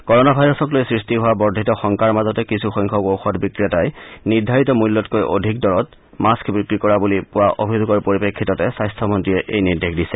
corona ভাইৰাছক লৈ সৃষ্টি হোৱা বৰ্ধিত শংকাৰ মাজতে কিছুসংখ্যক ঔষধ বিক্ৰেতাই নিৰ্ধাৰিত মূল্যতকৈ অধিক দৰত মাস্ক বিক্ৰী কৰা বুলি পোৱা অভিযোগৰ পৰিপ্ৰেক্ষিততে স্বাস্থমন্ত্ৰীয়ে এই নিৰ্দেশ দিছে